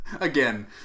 Again